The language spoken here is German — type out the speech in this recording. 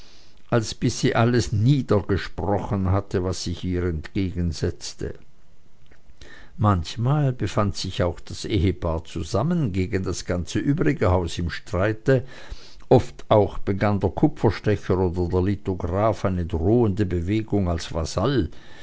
als bis sie alles niedergesprochen hatte was sich ihr entgegensetzte manchmal befand sich auch das ehepaar zusammen gegen das ganze übrige haus im streite oft auch begann der kupferstecher oder der lithograph eine drohende bewegung als vasall